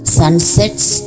sunsets